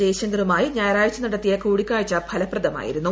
ജയശങ്കറുമായി ഞായറാഴ്ച നടത്തിയ കൂടിക്കാഴ്ച ഫലപ്രദമായിരുന്നു